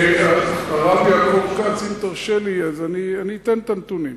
אני לא מאמין לו.